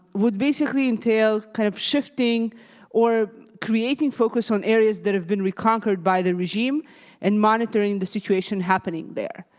would basically entail kind of shifting or creating focus on areas that have been reconquered by the regime and monitoring the situation happening there.